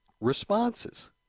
responses